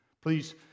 Please